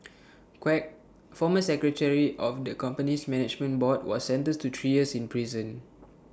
Quek former secretary of the company's management board was sentenced to three years in prison